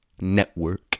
network